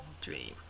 dream